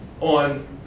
On